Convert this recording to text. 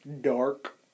dark